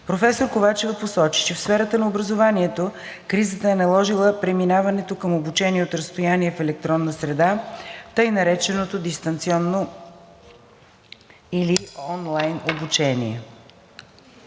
Професор Ковачева посочи, че в сферата на образованието кризата е наложила преминаването към обучение от разстояние в електронна среда (така нареченото дистанционно или онлайн обучение)